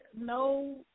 no